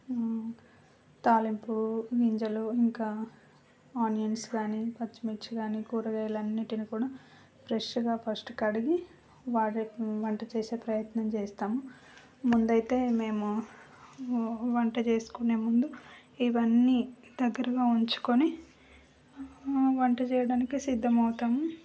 తాలింపు గింజలు ఇంకా ఆనియన్స్ కాని పచ్చిమిర్చి కాని కూరగాయలు అన్నిటిని కూడా ఫ్రెష్గా ఫస్ట్ కడిగి వాటిని మంట చేసే ప్రయత్నం చేస్తాం ముందు అయితే మేము వంట చేసుకునే ముందు ఇవన్నీ దగ్గరగా ఉంచుకొని వంట చేయడానికి సిద్దం అవుతాము